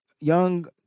young